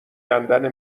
کندن